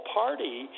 party